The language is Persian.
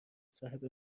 صاحب